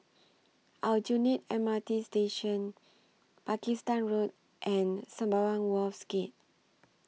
Aljunied M R T Station Pakistan Road and Sembawang Wharves Gate